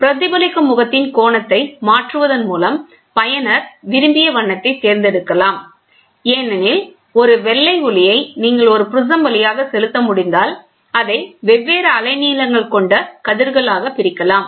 பிரதிபலிக்கும் முகத்தின் கோணத்தை மாற்றுவதன் மூலம் பயனர் விரும்பிய வண்ணத்தைத் தேர்ந்தெடுக்கலாம் ஏனெனில் ஒரு வெள்ளை ஒளியை நீங்கள் ஒரு ப்ரிஸம் வழியாக செலுத்த முடிந்தால் அதை வெவ்வேறு அலைநீளங்கள் கொண்ட கதிர்களாக பிரிக்கலாம்